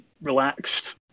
relaxed